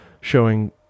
showing